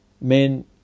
Men